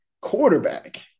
quarterback